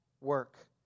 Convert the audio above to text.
work